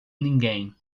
ninguém